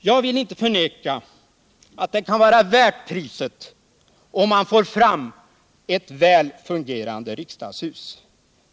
Jag vill inte förneka att det kan vara värt priset om man får fram ett väl fungerande riksdagshus.